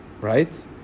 Right